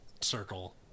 circle